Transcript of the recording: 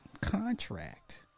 Contract